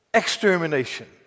extermination